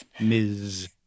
Ms